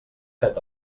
set